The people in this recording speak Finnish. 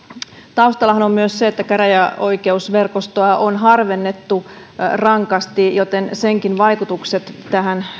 taustallahan on myös se että käräjäoikeusverkostoa on harvennettu rankasti joten senkin vaikutukset tähän